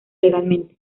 legalmente